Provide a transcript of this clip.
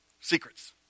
Secrets